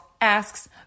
asks